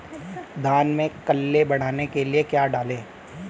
धान में कल्ले बढ़ाने के लिए क्या डालें?